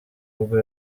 ubwo